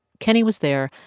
kenney was there.